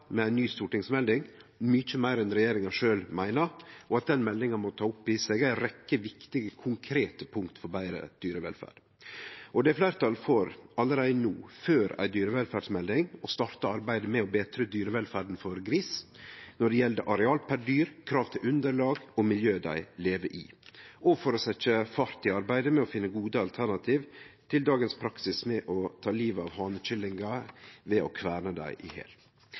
med ei ny stortingsmelding, mykje meir enn regjeringa sjølv meiner, og at den meldinga må ta opp i seg ei rekkje viktige, konkrete punkt for betre dyrevelferd. Og det er fleirtal for – allereie no, før ei dyrevelferdsmelding – å starte arbeidet med å betre dyrevelferda for gris, når det gjeld areal per dyr, krav til underlag og miljøet dei lever i, og for å setje fart i arbeidet med å finne gode alternativ til dagens praksis med å ta livet av hanekyllingar ved å kverne dei i hel.